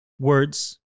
words